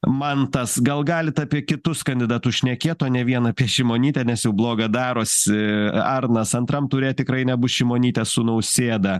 mantas gal galit apie kitus kandidatus šnekėt o ne vien apie šimonytę nes jau bloga darosi arnas antram ture tikrai nebus šimonytė su nausėda